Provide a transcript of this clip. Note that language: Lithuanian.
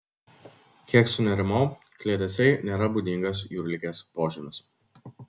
kiek sunerimau kliedesiai nėra būdingas jūrligės požymis